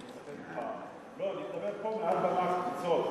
אני מצפה ממך, אה, לא, אני מדבר פה מעל במה זו,